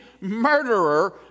murderer